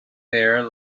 there